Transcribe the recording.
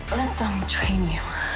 let them train you.